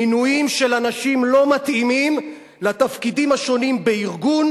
מינויים של אנשים לא מתאימים לתפקידים השונים בארגון